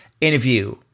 interview